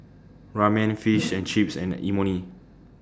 Ramen Fish and Chips and Imoni